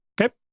Okay